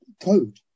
code